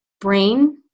brain